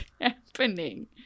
happening